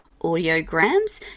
audiograms